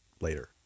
later